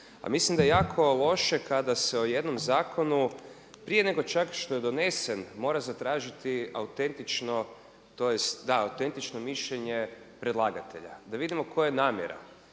mislim da je jako loše kada se o jednom zakonu prije nego čak što je donesen mora zatražiti autentično, tj., da, autentično mišljenje predlagatelja da vidimo koja je namjera.